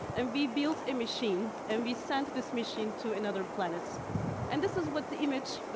and we built a machine, and we sent this machine to another planet, and this is what the image, but